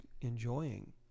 enjoying